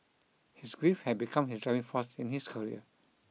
his grief had become his driving force in his career